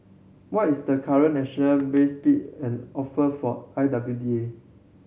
what is the current national best bid and offer for I W D A